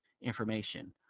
information